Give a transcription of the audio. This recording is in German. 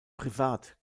privat